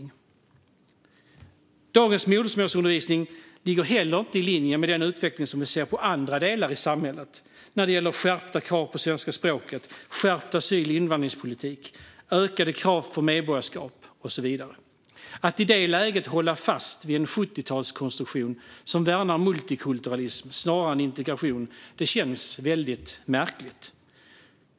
Dessutom ligger dagens modersmålsundervisning inte heller i linje med den utveckling vi ser i andra delar i samhället, som skärpta krav på kunskaper i svenska språket, skärpt asyl och invandringspolitik, ökade krav för medborgarskap och så vidare. Att i det läget hålla fast vid en 70talskonstruktion som värnar multikulturalism snarare än integration känns märkligt.